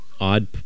odd